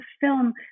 film